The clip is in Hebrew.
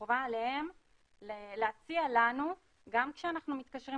חובה עליהן להציע לנו גם כשאנחנו מתקשרים